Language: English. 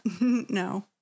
No